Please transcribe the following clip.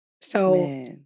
So-